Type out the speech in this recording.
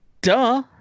Duh